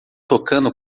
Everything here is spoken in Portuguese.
tocando